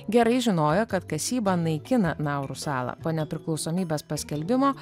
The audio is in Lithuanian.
gerai žinojo kad kasyba naikina nauru salą po nepriklausomybės paskelbimo